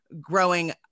growing